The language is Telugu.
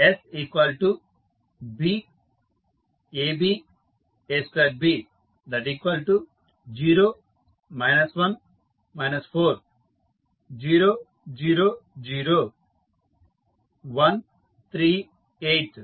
SB AB A2B 0 1 4 0 0 0 1 3 8